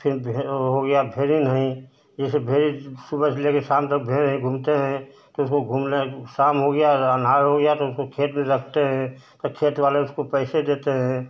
fin भे वह हो गया भेड़िन नहीं जैसे भेड़िन सुबह से लेकर शाम तक भेड़ हैं घूमते हैं तो उसको घूमना शाम हो गया और अन्हार हो गया तो उसको खेत में रखते हैं खेतवाले उसको पैसे देते हैं